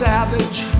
Savage